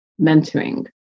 mentoring